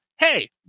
hey